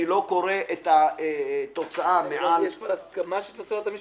לא קורא את התוצאה הסופית במליאת הכנסת.